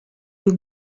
you